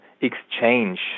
exchange